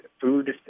food